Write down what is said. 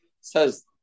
Says